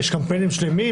יש קמפיינים שלמים,